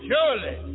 Surely